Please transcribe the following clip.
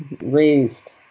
raised